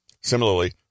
Similarly